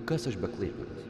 kas aš be klaipėdos